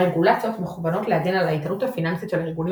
הרגולציות מכוונות להגן על האיתנות הפיננסית של הארגונים